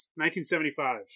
1975